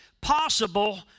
possible